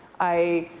i